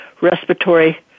respiratory